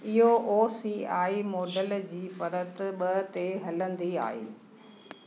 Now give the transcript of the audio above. इहो O C I model जी परत ॿ ते हलंदी आहे